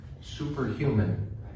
superhuman